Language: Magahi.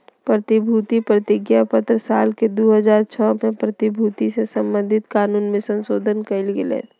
प्रतिभूति प्रतिज्ञापत्र साल के दू हज़ार छह में प्रतिभूति से संबधित कानून मे संशोधन कयल गेलय